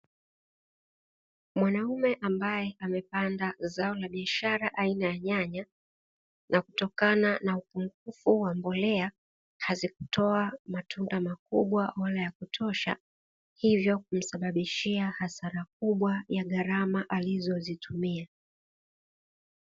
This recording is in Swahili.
Mwanaume ambaye amepanda zao la biashara aina ya nyanya, na kutokana na upungufu wa mbolea hazikutoa matunda makubwa wala ya kutosha. Hivyo kumsababishia hasara kubwa ya gharama alizozitumia.